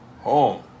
home